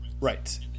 Right